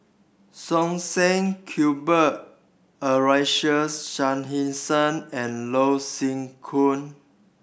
Som Said Cuthbert Aloysius Shepherdson and Loh Sin